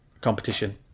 competition